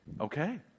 okay